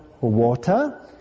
water